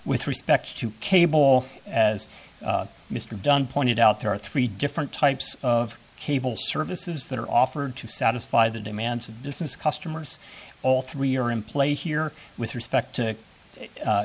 with respect to cable as mr dunne pointed out there are three different types of cable services that are offered to satisfy the demands of business customers all three are in play here with respect to